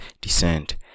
descend